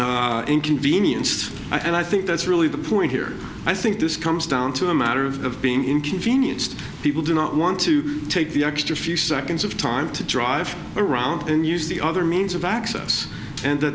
way inconvenienced and i think that's really the point here i think this comes down to a matter of being inconvenienced people do not want to take the extra few seconds of time to drive around and use the other means of access and t